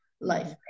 life